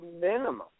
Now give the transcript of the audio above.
minimum